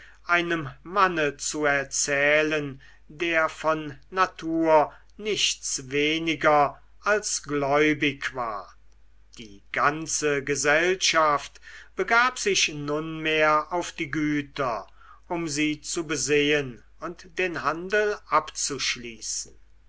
einem manne zu erzählen der von natur nichts weniger als gläubig war die ganze gesellschaft begab sich nunmehr auf die güter um sie zu besehen und den handel abzuschließen